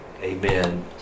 Amen